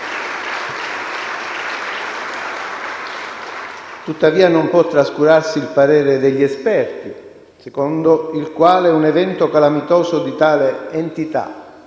Tuttavia non può trascurarsi il parere degli esperti, secondo il quale un evento calamitoso di tale entità